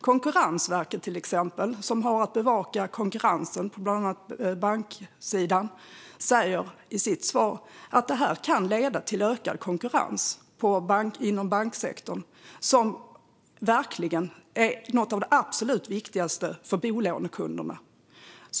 Konkurrensverket till exempel, som har att bevaka konkurrensen på bland annat banksidan, säger i sitt svar att det här kan leda till ökad konkurrens inom banksektorn. Och det är ju något av det absolut viktigaste för bolånekunderna.